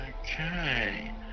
Okay